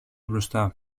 μπροστά